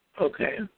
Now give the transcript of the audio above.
Okay